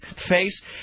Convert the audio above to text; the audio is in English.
face